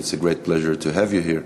It's a great pleasure to have you here.